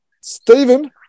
Stephen